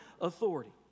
authority